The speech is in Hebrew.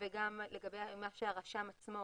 וגם מה שהרשם עצמו,